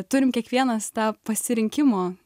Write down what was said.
turim kiekvienas tą pasirinkimo